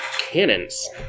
cannons